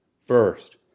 first